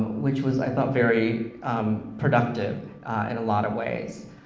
which was, i thought, very productive in a lot of ways.